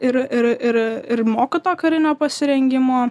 ir ir ir ir moko to karinio pasirengimo